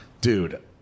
Dude